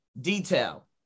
detail